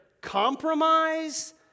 compromise